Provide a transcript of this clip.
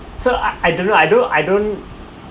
so I I don't know I do I don't